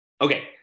Okay